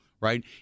right